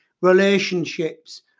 relationships